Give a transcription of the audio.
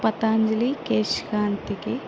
Patanjali Kesh కాంతికి